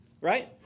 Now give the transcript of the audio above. right